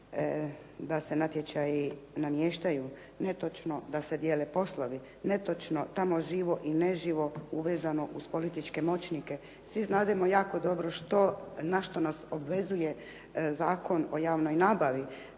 da se natječaji namještaju, netočno da se dijele poslovi. Netočno, tamo živo i neživo uvezano uz političke moćnike. Svi znademo jako dobro što, na što nas obvezuje Zakon o javnoj nabavi?